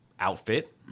outfit